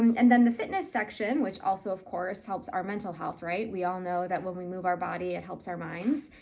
and then the fitness section, which also of course helps our mental health, right? we all know that when we move our body, it helps our minds.